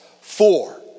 Four